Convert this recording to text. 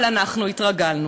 אבל אנחנו התרגלנו.